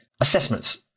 assessments